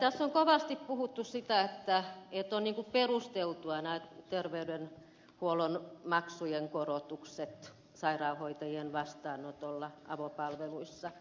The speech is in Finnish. tässä on kovasti puhuttu siitä että ovat perusteltuja nämä terveydenhuollon maksujen korotukset sairaanhoitajien vastaanotolla avopalveluissa